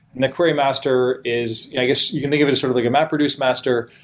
the query master is i guess you can think of it as sort of like a mapreduce master.